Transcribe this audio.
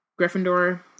Gryffindor